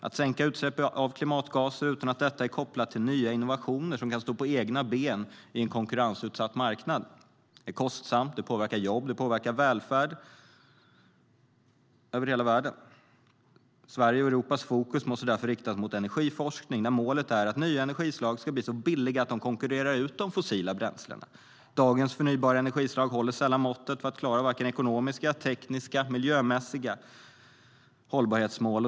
Att sänka utsläpp av klimatgaser utan att det är kopplat till nya innovationer som kan stå på egna ben i en konkurrensutsatt marknad är kostsamt. Det påverkar jobb. Det påverkar välfärd över hela världen. Sveriges och Europas fokus måste därför riktas mot energiforskning där målet är att nya energislag ska bli så billiga att de konkurrerar ut de fossila bränslena. Dagens förnybara energislag håller sällan måttet för att klara ekonomiska, tekniska och miljömässiga hållbarhetsmål.